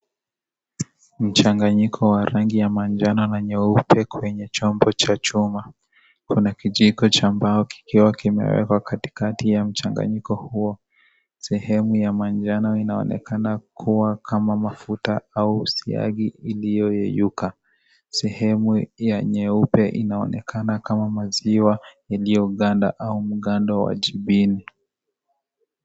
Mchanganyiko wa rangi ya manjano na nyeupe kwenye chombo cha chuma, kuna kijiko cha mbao kikiwa kimewekwa katikati ya mchanganyiko huo sehemu ya manjano inaonekana kuwa kama mafuta au siagi iliyoyeyuka, sehemu ya nyeupe inaonekana kama maziwa yaliyoganda au mgando wa jibini.